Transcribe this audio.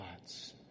thoughts